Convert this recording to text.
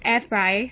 air fry